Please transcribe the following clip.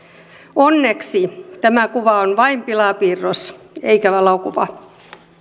onneksi kuva on vain pilapiirros eikä valokuva